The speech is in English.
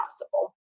possible